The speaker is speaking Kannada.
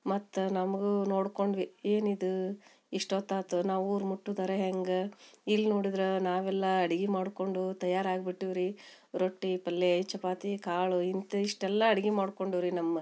ಮತ್ತು ನಮಗೂ ನೋಡ್ಕೊಂಡ್ವಿ ಏನಿದು ಇಷ್ಟೊತ್ತಾತು ನಾವು ಊರು ಮುಟ್ಟುದರು ಹ್ಯಾಂಗ ಇಲ್ಲಿ ನೋಡದ್ರ ನಾವೆಲ್ಲಾ ಅಡ್ಗಿ ಮಾಡ್ಕೊಂಡು ತಯಾರು ಆಗ್ಬಿಟ್ಟೀವೆ ರೀ ರೊಟ್ಟಿ ಪಲ್ಯೆ ಚಪಾತಿ ಕಾಳು ಇಂತಿಷ್ಟು ಎಲ್ಲಾ ಅಡ್ಗಿ ಮಾಡ್ಕೊಂಡೀವಿ ರೀ ನಮ್ಮ